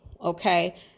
Okay